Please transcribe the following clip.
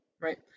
right